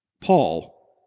Paul